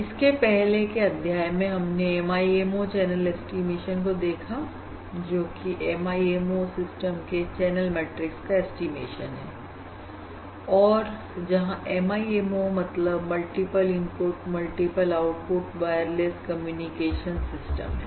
इसके पहले के अध्याय में हमने MIMO चैनल ऐस्टीमेशन को देखा जोकि MIMO सिस्टम के चैनल मैट्रिक्स का ऐस्टीमेशन है और जहां MIMO मतलब multiple input multiple output wireless communication system है